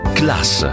class